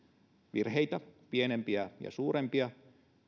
virheitä pienempiä ja suurempia